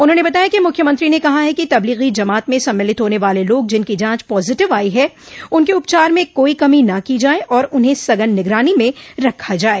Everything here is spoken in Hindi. उन्होंने बताया कि मुख्यमंत्री ने कहा है कि तबलीगी जमात में सम्मिलित होने वाले लोग जिनकी जांच पॉजिटिव आई है उनके उपचार में कोई कमी न की जाये और उन्हें सघन निगरानी में रखा जाये